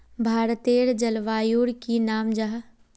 भारतेर जलवायुर की नाम जाहा?